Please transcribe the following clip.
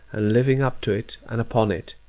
and living up to it, and upon it,